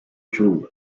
true